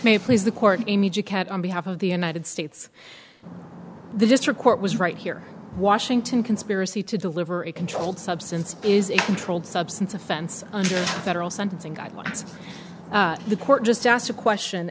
may please the court image a cat on behalf of the united states the district court was right here in washington conspiracy to deliver a controlled substance is a controlled substance offense under federal sentencing guidelines the court just asked a question